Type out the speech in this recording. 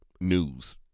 news